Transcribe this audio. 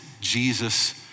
Jesus